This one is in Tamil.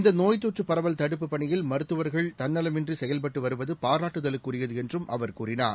இந்தநோய் தொற்றுபரவல் தடுப்புப் பணியில் மருத்துவர்கள் தன்னலமின்றிசெயல்பட்டுவருவதுபாராட்டுதலுக்குரியதுஎன்றும் அவர் கூறினார்